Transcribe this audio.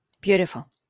Beautiful